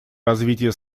развитие